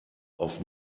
auf